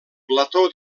plató